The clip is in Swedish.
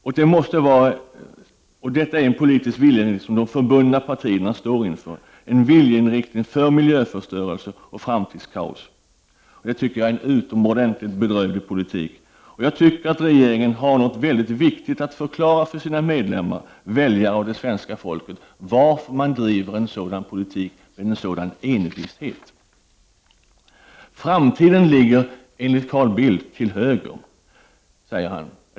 Och detta är en politisk viljeinriktning som de förbundna partierna står för, en viljeinriktning för miljöförstörelse och framtidskaos. Det tycker jag är en utomordentligt bedrövlig politik. Jag tycker att regeringen har något viktigt att förklara för sina medlemmar, väljare och det svenska folket, nämligen varför man med sådan envishet bedriver en sådan politik. Framtiden ligger enligt Carl Bildt till höger.